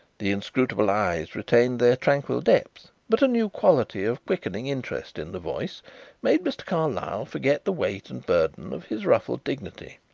the inscrutable eyes retained their tranquil depth but a new quality of quickening interest in the voice made mr. carlyle forget the weight and burden of his ruffled dignity.